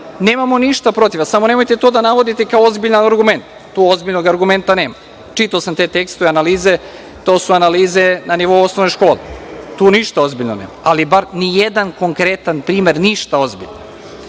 Nemamo ništa protiv, samo nemojte to da navodite kao ozbiljan argument, tu ozbiljnog argumenta nema. Čitao sam te tekstove, analize. To su analize na nivou osnovne škole. Tu ništa ozbiljno nema, ali ni jedan konkretan primer, ništa ozbiljno. Što